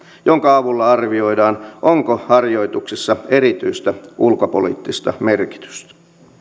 jonka avulla arvioidaan onko harjoituksissa erityistä ulkopoliittista merkitystä